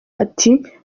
ati